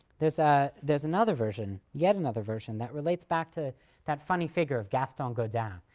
there's ah there's another version, yet another version, that relates back to that funny figure of gaston godin. um